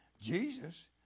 Jesus